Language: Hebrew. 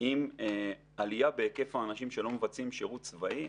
עם עלייה בהיקף האנשים שלא מבצעים שירות צבאי.